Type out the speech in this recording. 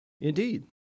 indeed